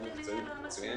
בעבודה מקצועית מצוינת.